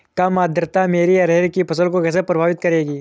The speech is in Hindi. कम आर्द्रता मेरी अरहर की फसल को कैसे प्रभावित करेगी?